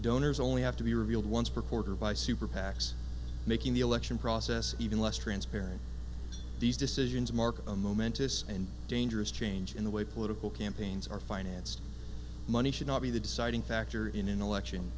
donors only have to be revealed once per quarter by super pacs making the election process even less transparent these decisions mark a momentous and dangerous change in the way political campaigns are financed money should not be the deciding factor in an election